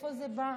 מאיפה זה בא?